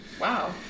wow